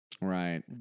Right